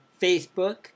Facebook